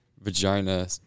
vagina